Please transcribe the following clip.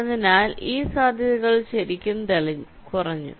അതിനാൽ ഈ സാധ്യതകൾ ശരിക്കും കുറഞ്ഞു